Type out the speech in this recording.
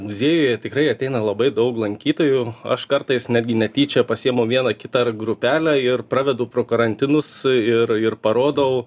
muziejuje tikrai ateina labai daug lankytojų aš kartais netgi netyčia pasiimu vieną kitą ir grupelę ir pravedu pro karantinus ir ir parodau